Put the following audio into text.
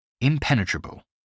Impenetrable